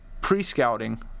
pre-scouting